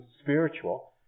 spiritual